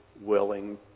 willing